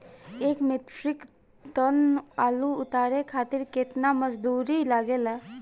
एक metric ton आलू उतारे खातिर केतना मजदूरी लागेला?